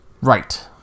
Right